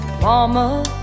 Mama